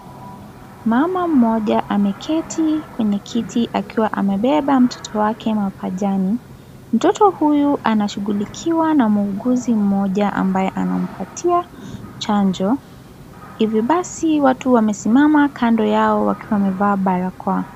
Mama mmoja ameketi kwenye kiti akiwa amebeba mtoto wake mapajani, mtoto huyu anashugulikiwa na muuguzi mmoja ambaye anampatia chanjo, hivi basi watu wamesimama kando yao wakiwa wamevaa barakoa.